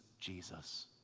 Jesus